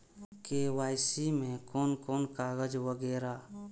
KYC में कोन कोन कागज वगैरा?